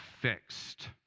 fixed